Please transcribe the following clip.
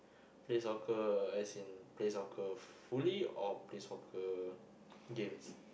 play soccer as in play soccer fully or play soccer games